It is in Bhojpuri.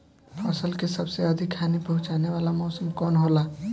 फसल के सबसे अधिक हानि पहुंचाने वाला मौसम कौन हो ला?